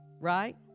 Right